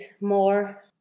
more